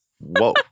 Whoa